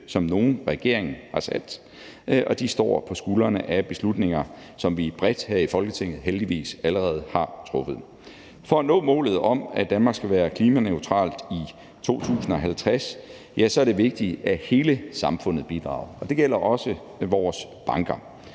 som nogen regering har sat, og de står på skuldrene af beslutninger, som vi bredt her i Folketinget heldigvis allerede har truffet. For at nå målet om, at Danmark skal være klimaneutralt i 2050, er det vigtigt, at hele samfundet bidrager, og det gælder også vores banker.